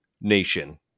nation